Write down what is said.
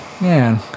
Man